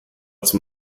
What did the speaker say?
zum